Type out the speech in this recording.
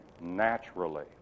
naturally